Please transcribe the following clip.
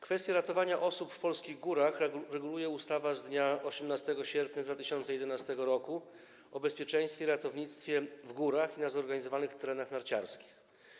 Kwestię ratowania osób w polskich górach reguluje ustawa z dnia 18 sierpnia 2011 r. o bezpieczeństwie i ratownictwie w górach i na zorganizowanych terenach narciarskich.